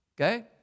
Okay